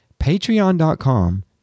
patreon.com